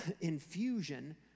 infusion